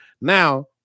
Now